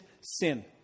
sin